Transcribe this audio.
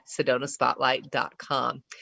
SedonaSpotlight.com